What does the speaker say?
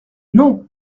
non